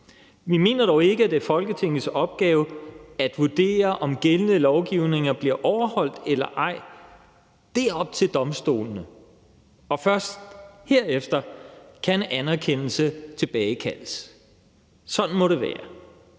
Vi mener dog ikke, at det er Folketingets opgave at vurdere, om gældende lovgivninger bliver overholdt eller ej – det er op til domstolene. Først herefter kan en anerkendelse tilbagekaldes. Sådan må det være.